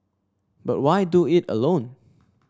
but why do it alone